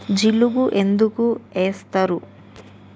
జిలుగు ఎందుకు ఏస్తరు?